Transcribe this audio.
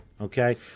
okay